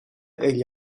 egl